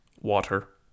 water